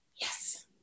Yes